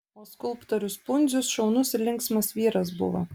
o skulptorius pundzius šaunus ir linksmas vyras buvo